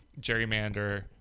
gerrymander